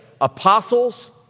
Apostles